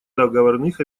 договорных